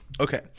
Okay